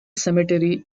cemetery